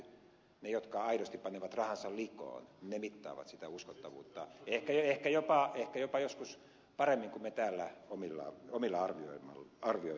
ne jotka aidosti panevat rahansa likoon mittaavat sitä uskottavuutta ehkä jopa joskus paremmin kuin me täällä omilla arvioinneillamme